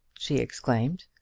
she exclaimed.